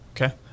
Okay